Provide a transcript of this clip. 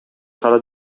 кара